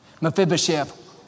Mephibosheth